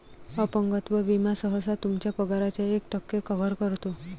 अपंगत्व विमा सहसा तुमच्या पगाराच्या एक टक्के कव्हर करतो